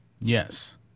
yes